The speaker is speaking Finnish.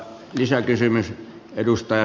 arvoisa puhemies